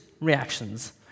reactions